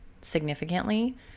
significantly